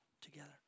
together